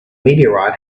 meteorite